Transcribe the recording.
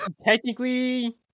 Technically